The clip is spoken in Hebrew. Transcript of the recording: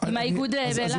האיגוד באילת.